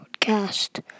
podcast